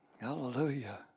Hallelujah